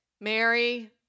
Mary